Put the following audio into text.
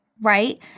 Right